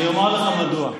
אני אומר לך מדוע.